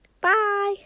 Bye